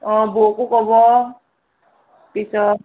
অঁ বৌকো ক'ব পিছত